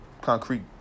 concrete